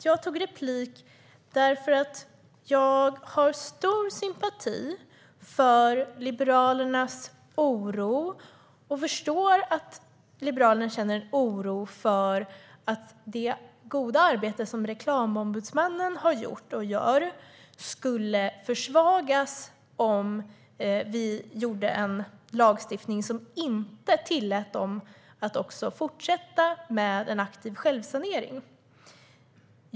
Jag tog replik därför att jag har stor sympati för Liberalernas oro och förstår att Liberalerna känner oro för att det goda arbete som Reklamombudsmannen har gjort och gör skulle försvagas om vi gjorde en lagstiftning som inte tillät branschen att fortsätta med aktiv självsanering.